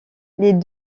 les